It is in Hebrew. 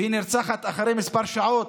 והיא נרצחת אחרי כמה שעות,